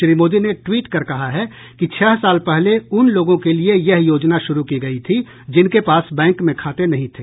श्री मोदी ने ट्वीट कर कहा है कि छह साल पहले उन लोगों के लिए यह योजना शुरू की गई थी जिनके पास बैंक में खाते नहीं थे